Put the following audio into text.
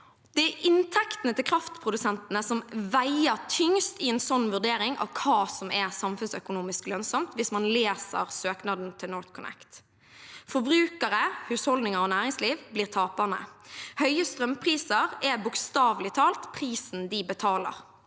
Det er inntektene til kraftprodusentene som veier tyngst i en slik vurdering av hva som er samfunnsøkonomisk lønnsomt, hvis man leser søknaden til NorthConnect. Forbrukere, husholdninger og næringsliv blir taperne. Høye strømpriser er bokstavelig talt prisen de betaler.